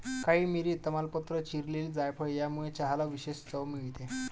काळी मिरी, तमालपत्र, चिरलेली जायफळ यामुळे चहाला विशेष चव मिळते